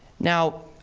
now,